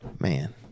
man